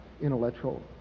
intellectual